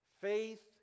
Faith